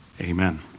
amen